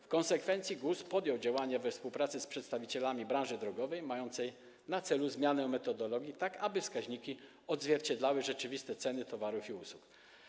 W konsekwencji GUS podjął działania we współpracy z przedstawicielami branży drogowej mające na celu zmianę metodologii, tak aby wskaźniki odzwierciedlały rzeczywiste ceny towarów i usług.